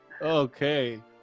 okay